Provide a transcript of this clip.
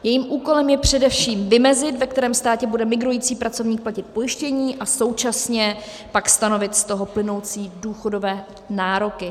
Jejím úkolem je především vymezit, ve kterém státě bude migrující pracovník platit pojištění, a současně pak stanovit z toho plynoucí důchodové nároky.